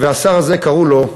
והשר הזה קראו לו,